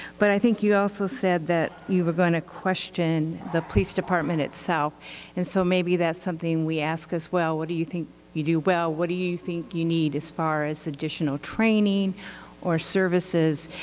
but i think you also said that you are going to question the police department itself and so maybe that's something we ask as well. what do you think you do well? what do you think you need as far as additional training or services?